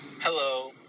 Hello